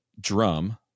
drum